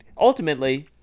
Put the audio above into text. ultimately